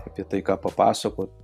apie tai ką papasakot